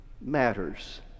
Matters